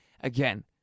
again